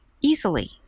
easily